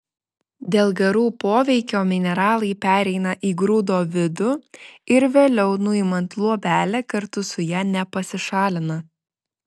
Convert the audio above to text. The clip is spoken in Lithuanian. dėl garų poveikio mineralai pereina į grūdo vidų ir vėliau nuimant luobelę kartu su ja nepasišalina